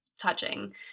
touching